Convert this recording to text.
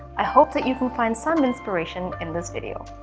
i hope that you can find some inspiration in this video.